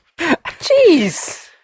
jeez